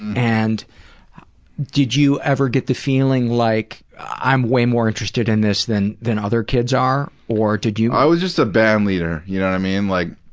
and did you ever get the feeling like, i'm way more interested in this than than other kids are, or did you os i was just a bandleader, you know what i mean? like,